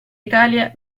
italia